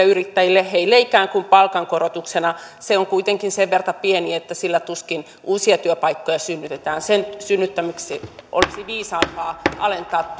yrittäjille heille ikään kuin palkankorotuksena se on kuitenkin sen verran pieni että sillä tuskin uusia työpaikkoja synnytetään sen synnyttämiseksi olisi viisaampaa alentaa